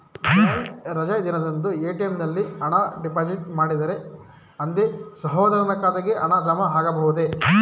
Bank ರಜೆ ದಿನದಂದು ATM ನಲ್ಲಿ ಹಣ ಡಿಪಾಸಿಟ್ ಮಾಡಿದರೆ ಅಂದೇ ಸಹೋದರನ ಖಾತೆಗೆ ಹಣ ಜಮಾ ಆಗಬಹುದೇ?